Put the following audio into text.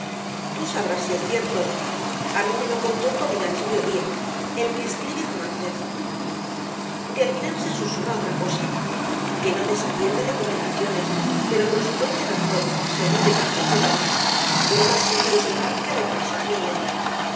tú sabrás si es cierto á mí me lo contó tu amigachillo díaz el que escribe romances de albirán se susurra otra cosa que no desatiende recomendaciones pero con su cuenta y razón según de quien procedan lo más seguro será que repases niño